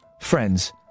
friends